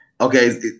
Okay